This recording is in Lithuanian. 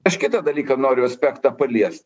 aš kitą dalyką noriu aspektą palies